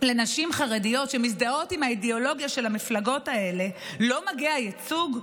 לנשים חרדיות שמזדהות עם האידיאולוגיה של המפלגות האלה לא מגיע ייצוג?